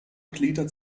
gliedert